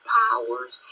powers